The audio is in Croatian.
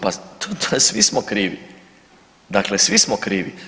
Pa svi smo krivi, dakle svi smo krivi.